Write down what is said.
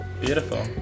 Beautiful